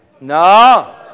No